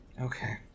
Okay